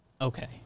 Okay